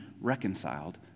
reconciled